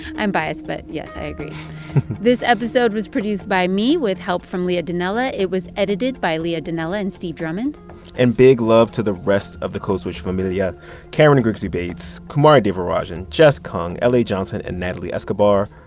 i'm biased. but, yes, i agree this episode was produced by me with help from leah donnella. it was edited by leah donnella and steve drummond and big love to the rest of the code switch familia karen grigsby bates, kumari devarajan, jess kung, la johnson and natalie escobar.